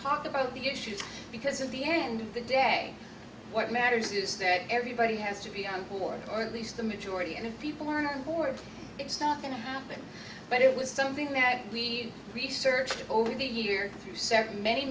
talk about the issues because of the end of the day what matters is that everybody has to be on board or at least the majority and if people are on board it's not going to happen but it was something that we researched over the year